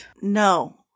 No